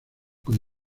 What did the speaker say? con